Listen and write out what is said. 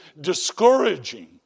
discouraging